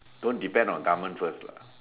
don't depend on government first lah